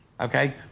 Okay